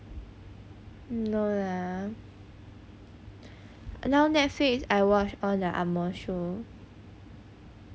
no lah now netflix I watch all the angmoh shows